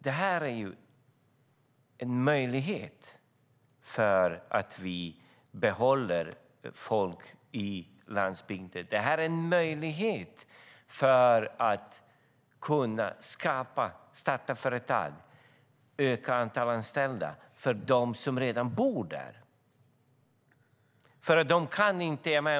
Det här är en möjlighet för oss att behålla folk på landsbygden. Det är en möjlighet att starta företag och öka antalet anställda för dem som redan bor där.